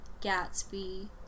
Gatsby